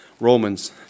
Romans